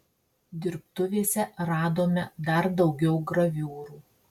dirbtuvėse radome dar daugiau graviūrų